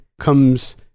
comes